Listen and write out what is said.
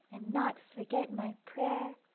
and not forget my prayer.